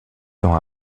ans